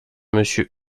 monsieur